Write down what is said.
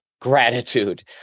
gratitude